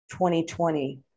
2020